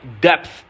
depth